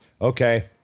okay